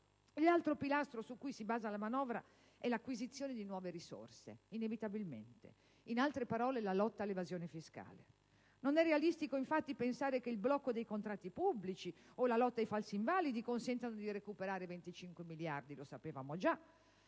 L'altro pilastro su cui si basa la manovra è, inevitabilmente, l'acquisizione di nuove risorse: in altre parole, la lotta all'evasione fiscale. Non è realistico, infatti, pensare che il blocco dei contratti pubblici o la lotta ai falsi invalidi consentano di recuperare 25 miliardi di euro: lo sapevamo già.